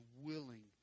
willing